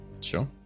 Sure